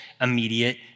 immediate